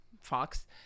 Fox